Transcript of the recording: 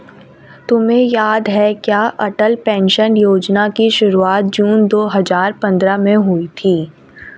तुम्हें याद है क्या अटल पेंशन योजना की शुरुआत जून दो हजार पंद्रह में हुई थी?